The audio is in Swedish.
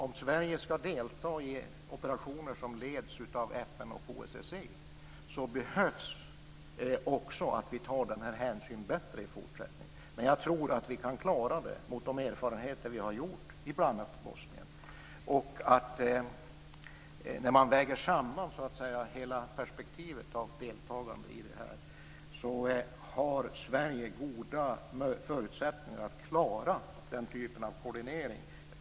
Om Sverige skall delta i operationer som leds av FN och OSSE behöver denna hänsyn tas även i fortsättningen. Jag tror att vi kan klara det med hjälp av de erfarenheter vi har fått i bl.a. Bosnien. Vid en sammanvägning av hela perspektivet av ett deltagande i detta, har Sverige goda förutsättningar att klara den typen av koordinering.